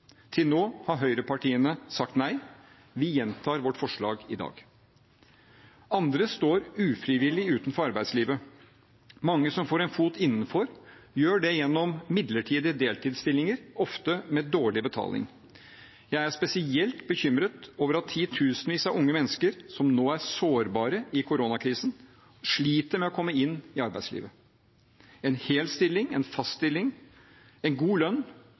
Til nå har høyrepartiene sagt nei. Vi gjentar vårt forslag i dag. Andre står ufrivillig utenfor arbeidslivet. Mange som får en fot innenfor, gjør det gjennom midlertidige deltidsstillinger, ofte med dårlig betaling. Jeg er spesielt bekymret over at titusenvis av unge mennesker, som nå er sårbare i koronakrisen, sliter med å komme inn i arbeidslivet. En hel stilling, en fast stilling, en god lønn